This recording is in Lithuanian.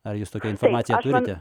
ar jūs tokią informaciją turite